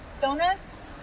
donuts